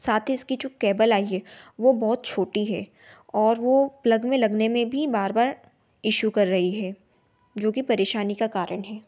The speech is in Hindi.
साथ ही इसकी जो केबल आई है वह बहुत छोटी है और वह प्लग में लगने में भी बार बार इशू कर रही है जो कि परेशानी का कारण है